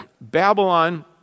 Babylon